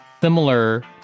similar